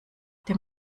dem